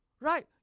right